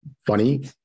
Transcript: funny